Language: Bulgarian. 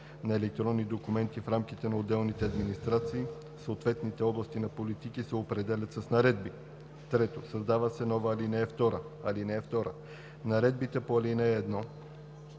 на електронни документи в рамките на отделните администрации в съответните области на политики се определят с наредби. 3. Създава се нова ал. 2: „(2) Наредбите по ал.